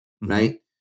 right